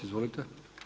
Izvolite.